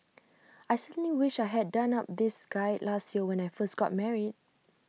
I certainly wish I had done up this guide last year when I first got married